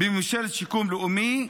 ב"ממשלת שיקום לאומי":